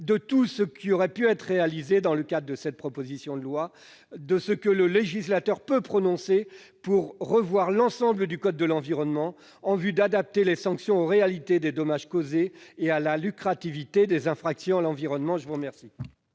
de tout ce qui aurait pu être réalisé dans le cadre de cette proposition de loi, de ce que le législateur peut proposer pour revoir l'ensemble du code de l'environnement en vue d'adapter les sanctions aux réalités des dommages causés et au caractère lucratif des infractions environnementales.